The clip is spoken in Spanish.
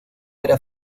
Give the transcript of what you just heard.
era